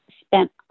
spent